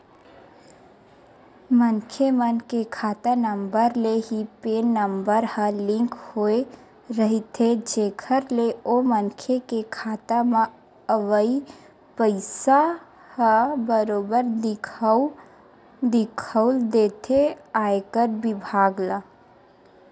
मनखे मन के खाता नंबर ले ही पेन नंबर ह लिंक होय रहिथे जेखर ले ओ मनखे के खाता म अवई पइसा ह बरोबर दिखउल देथे आयकर बिभाग ल